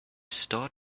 start